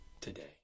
today